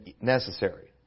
necessary